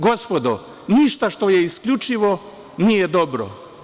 Gospodo, ništa što je isključivo nije dobro.